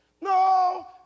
No